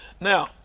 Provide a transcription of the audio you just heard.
Now